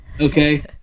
okay